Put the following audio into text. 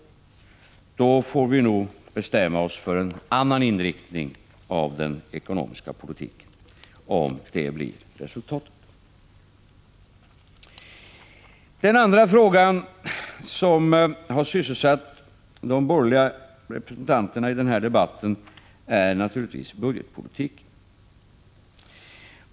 Om det blir resultatet får vi nog bestämma oss för en annan inriktning av den ekonomiska politiken. Ytterligare en fråga som har sysselsatt de borgerliga representanterna i debatten är budgetpolitiken.